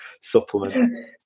supplement